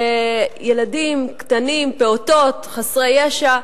בילדים קטנים, פעוטות, חסרי ישע,